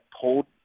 pulled